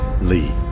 Lee